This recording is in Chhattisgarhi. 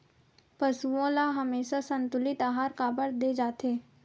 पशुओं ल हमेशा संतुलित आहार काबर दे जाथे?